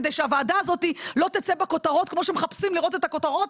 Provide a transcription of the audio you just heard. כדי שהוועדה הזאת לא תצא בכותרות כמו שמחפשים לראות את הכותרות,